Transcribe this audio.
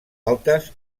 altes